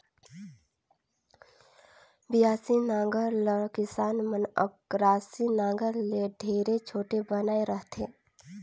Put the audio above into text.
बियासी नांगर ल किसान मन अकरासी नागर ले ढेरे छोटे बनाए रहथे